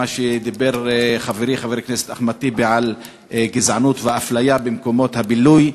ומה שדיבר חברי חבר הכנסת אחמד טיבי על גזענות ואפליה במקומות בילוי,